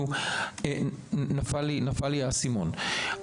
נפל לי האסימון.